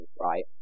right